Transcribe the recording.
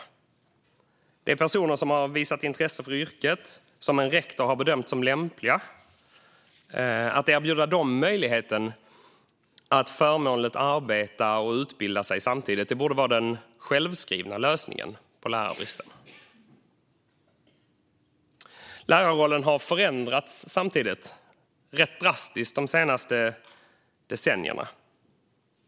Det handlar om personer som har visat intresse för yrket och som en rektor har bedömt som lämpliga. Att erbjuda dem möjligheten att förmånligt arbeta och utbilda sig samtidigt borde vara den självskrivna lösningen på lärarbristen. Lärarrollen har samtidigt förändrats rätt drastiskt de senaste decennierna.